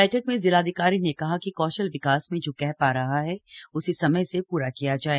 बैठक में जिलाधिकारी ने कहा की कौशल विकास में जो गैप आ रहा है उसे समय से पूरा किया जाय